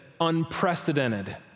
unprecedented